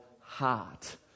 heart